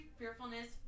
fearfulness